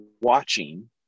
watching